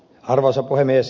arvoisa puhemies